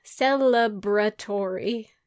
celebratory